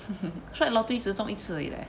I tried lottery 直中一次而已 leh